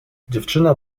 dziewczyna